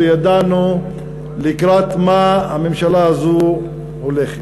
וידענו לקראת מה הממשלה הזאת הולכת.